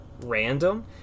random